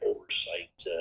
oversight